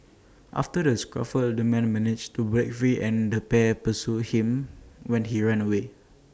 after the scuffle the man managed to break free and the pair pursued him when he ran away